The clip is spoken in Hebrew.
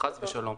חס ושלום.